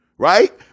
Right